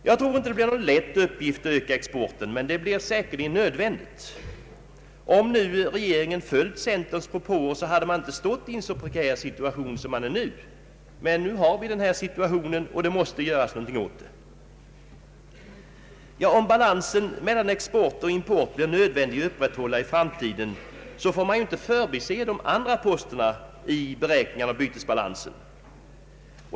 Jag tror inte det blir någon lätt uppgift att öka vår export, men den blir säkerligen nödvändig. Om regeringen följt centerns propåer hade man inte varit i en så prekär situation som nu. Men nu har vi denna situation och det måste göras någonting åt den. Om balansen mellan export och import blir nödvändig att upprätthålla i framtiden, så får man inte förbise de andra poster som ingår i beräkningen av bytesbalansen.